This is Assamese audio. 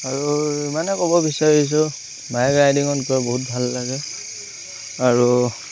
আৰু ইমানেই ক'ব বিচাৰিছোঁ বাইক ৰাইডিঙত গৈ বহুত ভাল লাগে আৰু